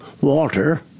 Walter